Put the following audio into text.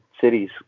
cities